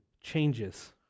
changes